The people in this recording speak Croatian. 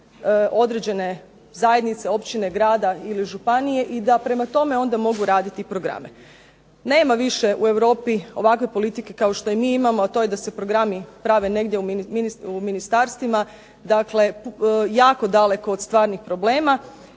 određene zajednice, općine, grada ili županije i da prema tome onda mogu raditi programe. Nema više u Europi ovakve politike kao što je mi imamo, a to je da se programi rade u ministarstvima, dakle jako daleko od stvarnih problema.